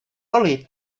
roli